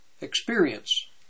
experience